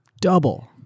Double